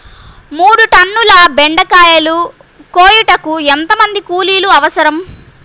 మూడు టన్నుల బెండకాయలు కోయుటకు ఎంత మంది కూలీలు అవసరం?